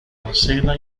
marcela